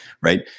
right